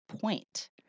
Point